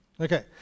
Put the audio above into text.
Okay